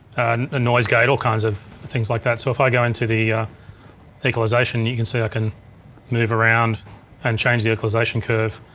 and noise gate, all kinds of things like that. so if i go into the equalization you can see i can move around and change the equalization curve.